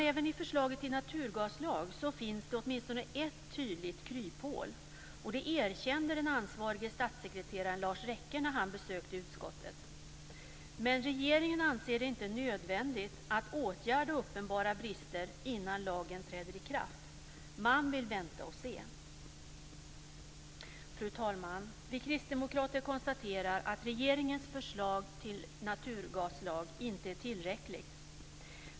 Även i förslaget till naturgaslag finns det åtminstone ett tydligt kryphål och det erkände den ansvarige statssekreteraren Lars Rekke när han besökte utskottet. Men regeringen anser det inte nödvändigt att åtgärda uppenbara brister innan lagen träder i kraft - man vill vänta och se. Fru talman! Vi kristdemokrater konstaterar att regeringens förslag till naturgaslag inte är tillräckligt.